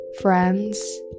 friends